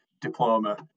Diploma